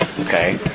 Okay